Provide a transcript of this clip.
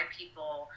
people